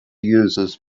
users